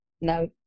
no